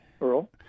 Earl